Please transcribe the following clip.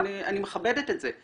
אני מכבדת את זה.